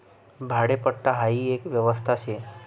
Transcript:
भाडेपट्टा हाई एक व्यवस्था शे